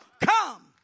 come